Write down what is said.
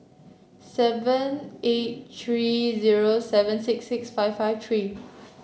seven eight three zero seven six six five five three